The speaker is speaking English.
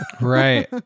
Right